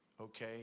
Okay